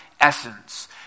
essence